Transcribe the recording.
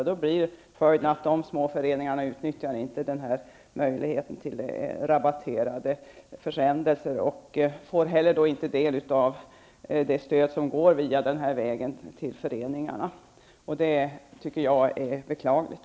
Följden blir att dessa små föreningar inte utnyttjar möjligheten till rabatterade försändelser, och de får då heller inte det stöd som går via den vägen till föreningarna. Det tycker jag är beklagligt.